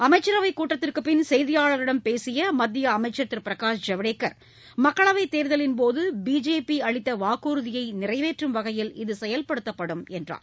அமைச்சரவைக் கூட்டத்திற்குப் பின் செய்தியாளர்களிடம் பேசிய மத்திய அமைச்சர் திரு பிரகாஷ் ஜவ்டேகர் மக்களவைத் தேர்தலின் போது பிஜேபி அளித்த வாக்குறுதியை நிறைவேற்றும் வகையில் இது செயல்படுத்தப்படும் என்று தெரிவித்தார்